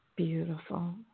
Beautiful